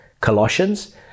Colossians